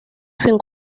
sin